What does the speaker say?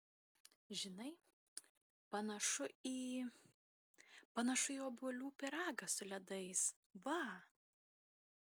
žinai panašu į panašu į obuolių pyragą su ledais va